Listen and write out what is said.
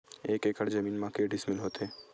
एक एकड़ जमीन मा के डिसमिल होथे?